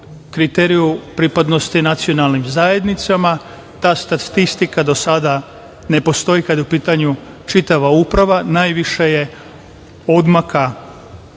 kriterijumu pripadnosti nacionalnim zajednicama. Ta statistika do sada ne postoji kada je u pitanju čitava uprava. Najviše je odmaka